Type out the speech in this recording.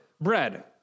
Bread